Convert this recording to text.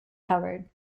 howard